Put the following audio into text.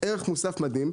ערך מוסף מדהים,